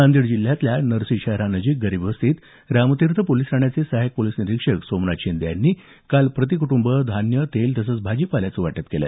नांदेड जिल्ह्यातल्या नरसी शहरानजिकच्या गरीब वस्तीत रामतीर्थ पोलिस ठाण्याचे सहायक पोलिस निरीक्षक सोमनाथ शिंदे यांनी काल प्रतीक्टंब धान्य तेल तसंच भाजीपाल्याचं वाटप केलं